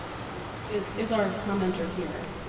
so is is our commenter here?